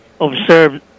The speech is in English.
observed